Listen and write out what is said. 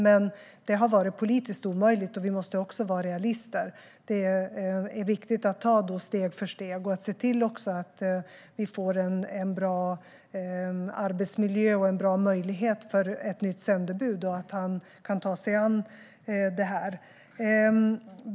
Men det har varit politiskt omöjligt, och vi måste vara realister. Det är viktigt att ta steg för steg och att se till att vi får en bra arbetsmiljö och bra möjligheter för ett nytt sändebud att ta sig an det här.